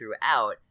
throughout